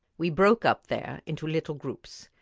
we broke up there into little groups.